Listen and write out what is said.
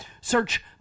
Search